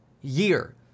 year